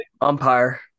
Umpire